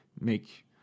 make